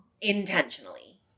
intentionally